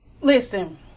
listen